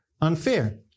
unfair